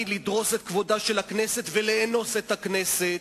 לדרוס את כבודה של הכנסת ולאנוס את הכנסת.